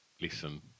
listen